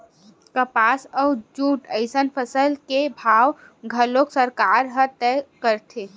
कपसा अउ जूट असन फसल के भाव घलोक सरकार ह तय करथे